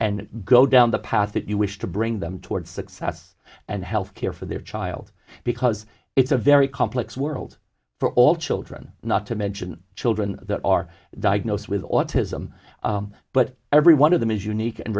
and go down the path that you wish to bring them towards success and health care for their child because it's a very complex world for all children not to mention children that are diagnosed with autism but every one of them is unique and